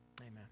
Amen